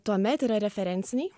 tuomet yra referenciniai